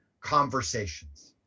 conversations